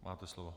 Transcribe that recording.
Máte slovo.